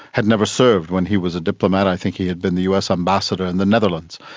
had never served, when he was a diplomat i think he had been the us ambassador in the netherlands.